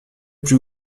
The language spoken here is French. plus